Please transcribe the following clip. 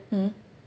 mm